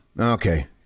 okay